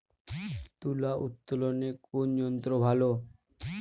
তুলা উত্তোলনে কোন যন্ত্র ভালো?